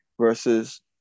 versus